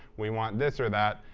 we want this or that.